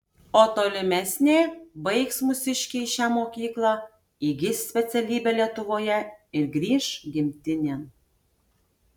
o tolimesnė baigs mūsiškiai šią mokyklą įgis specialybę lietuvoje ir grįš gimtinėn